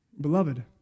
Beloved